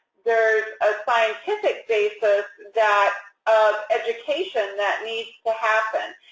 there's a scientific basis that education that needs to happen.